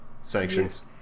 sanctions